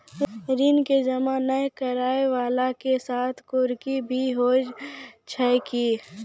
ऋण के जमा नै करैय वाला के साथ कुर्की भी होय छै कि?